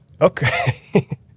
Okay